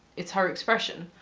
it's her expression.